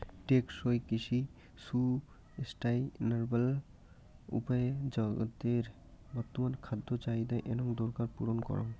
টেকসই কৃষি সুস্টাইনাবল উপায়ে জাগাতের বর্তমান খাদ্য চাহিদা এনং দরকার পূরণ করাং